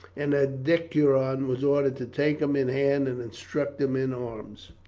and a decurion was ordered to take him in hand and instruct him in arms.